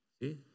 See